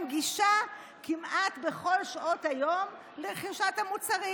גישה כמעט בכל שעות היום לרכישת המוצרים.